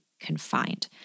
confined